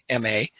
MA